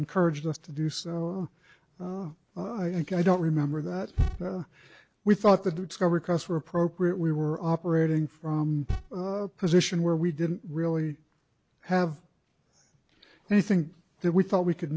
encouraged us to do so i think i don't remember that we thought the discovery cus were appropriate we were operating from a position where we didn't really have anything that we thought we c